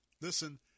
listen